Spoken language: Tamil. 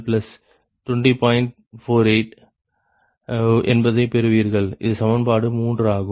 48 என்பதைப் பெறுவீர்கள் இது சமன்பாடு 3 ஆகும்